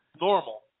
normal